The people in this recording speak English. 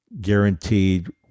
guaranteed